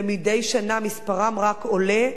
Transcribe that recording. ומדי שנה מספרם רק עולה,